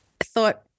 thought